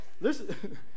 listen